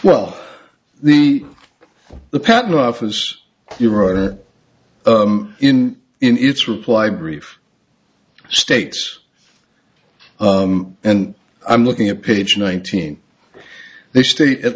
well the the patent office you wrote it in in its reply brief states and i'm looking at page nineteen they state at